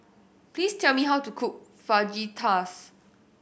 please tell me how to cook Fajitas